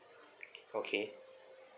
okay